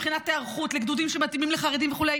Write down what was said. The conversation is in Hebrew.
מבחינת היערכות לגדודים שמתאימים לחרדים וכו'.